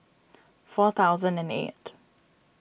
four thousand and eight